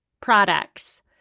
Products